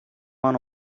one